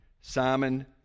Simon